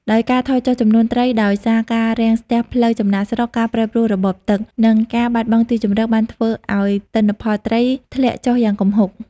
ដោយការថយចុះចំនួនត្រីដោយសារការរាំងស្ទះផ្លូវចំណាកស្រុក ការប្រែប្រួលរបបទឹក និងការបាត់បង់ទីជម្រកបានធ្វើឱ្យទិន្នផលត្រីធ្លាក់ចុះយ៉ាងគំហុក។